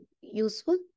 useful